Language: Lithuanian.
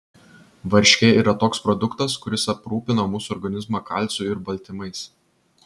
varškė yra toks produktas kuris aprūpina mūsų organizmą kalciu ir baltymais